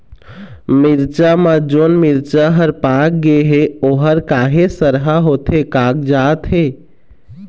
मिरचा म जोन मिरचा हर पाक गे हे ओहर काहे सरहा होथे कागजात हे?